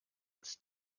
als